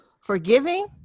forgiving